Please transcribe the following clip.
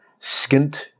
skint